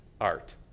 art